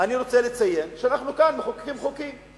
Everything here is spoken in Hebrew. אני רוצה לציין שאנחנו כאן מחוקקים חוקים,